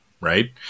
right